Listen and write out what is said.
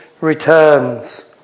returns